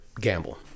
gamble